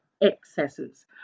excesses